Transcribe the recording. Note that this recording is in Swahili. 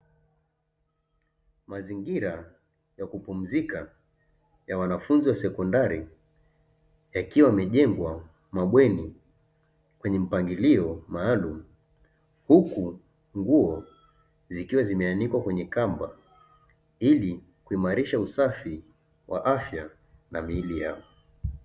Mazingira ya kupumzika ya wanafunzi wa sekondari yakiwa yamejengwa mabweni kwenye mpangilio maalumu huku nguo zikiwa zimeanikwa kwenye kamba ili kuimarisha usafi wa afya na miili yao.